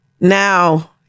now